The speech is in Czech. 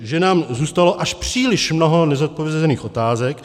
Že nám zůstalo až příliš mnoho nezodpovězených otázek.